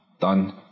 done